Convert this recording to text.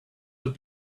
have